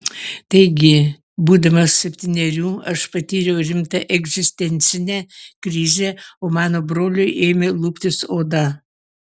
taigi būdamas septynerių aš patyriau rimtą egzistencinę krizę o mano broliui ėmė luptis oda